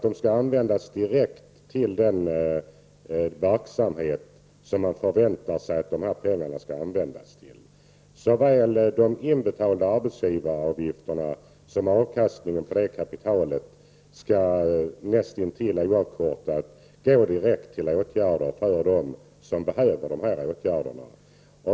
De skall användas direkt till den verksamhet som man förväntar sig att dessa pengar skall användas till. Såväl de inbetalda arbetsgivaravgifterna som avkastningen av det kapitalet skall nästintill oavkortat gå direkt till åtgärder för dem som behöver dessa pengar.